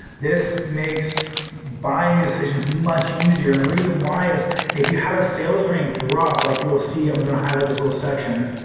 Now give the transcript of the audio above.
this makes buying decisions much easier and the reason why is if you have a sales rank drop like you'll see, i'm going to highlight this little section,